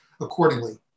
accordingly